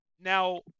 Now